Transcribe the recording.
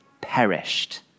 perished